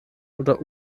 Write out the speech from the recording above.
oder